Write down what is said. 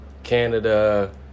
Canada